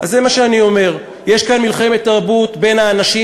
אז זה מה שאני אומר: יש כאן מלחמת תרבות בין האנשים,